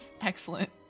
Excellent